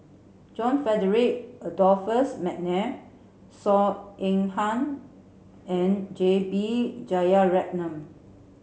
John Frederick Adolphus McNair Saw Ean Ang and J B Jeyaretnam